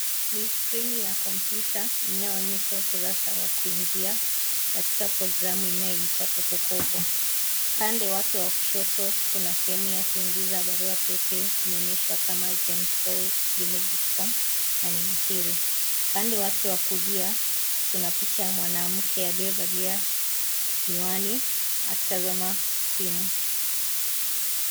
Ni skrini ya kompyuta inayoonyesha ukurasa wa kuingia katika programu inayoitwa kopokopo. Upande wake wa kushoto kuna sehemu ya kuingiza barua pepe inaonyeshwa kama janesau@gmail.com na neno siri. Upande wake wa kulia kuna picha ya mwanamke aliyevalia miwani akitazama simu.